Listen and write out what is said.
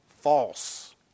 false